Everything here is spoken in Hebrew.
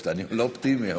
אני לא אופטימי.